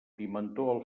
pimentó